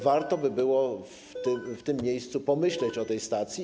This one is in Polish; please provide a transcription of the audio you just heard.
Warto by było w tym miejscu pomyśleć o tej stacji.